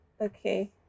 Okay